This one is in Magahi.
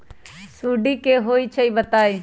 सुडी क होई छई बताई?